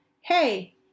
hey